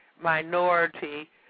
minority